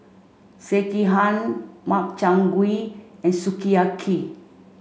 Sekihan Makchang Gui and Sukiyaki